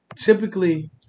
typically